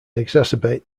exacerbate